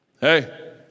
Hey